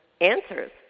Answers